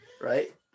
right